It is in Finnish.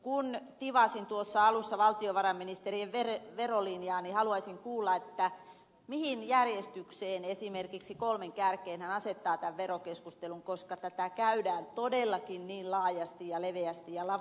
kun tivasin tuossa alussa valtiovarainministerin verolinjaa niin haluaisin kuulla mille sijalle järjestyksessä esimerkiksi kolmen kärjessä hän asettaa tämän verokeskustelun koska tätä käydään todellakin niin laajasti ja leveästi ja laveasti